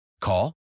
call